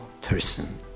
person